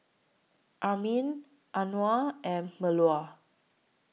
Amrin Anuar and Melur